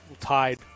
tied